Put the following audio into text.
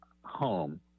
home